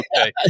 okay